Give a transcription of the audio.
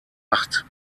acht